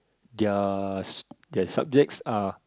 their their subjects are